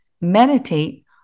meditate